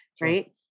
Right